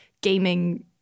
gaming